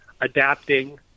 adapting